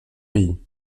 pays